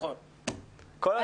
תפרידו בין המגזרים.